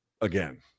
again